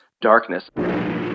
darkness